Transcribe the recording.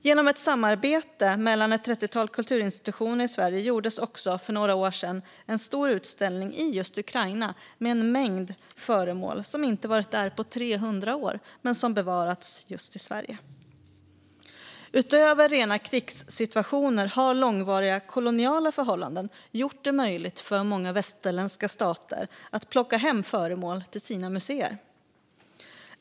Genom ett samarbete mellan ett trettiotal kulturinstitutioner gjordes för några år sedan en stor utställning i just Ukraina med en mängd föremål som inte varit där på 300 år men som bevarats just i Sverige. Utöver rena krigssituationer har långvariga koloniala förhållanden gjort det möjligt för många västerländska stater att plocka hem föremål till sina museer.